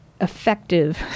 effective